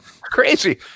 Crazy